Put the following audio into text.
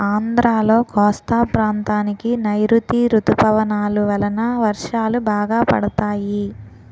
ఆంధ్రాలో కోస్తా ప్రాంతానికి నైరుతీ ఋతుపవనాలు వలన వర్షాలు బాగా పడతాయి